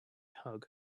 hug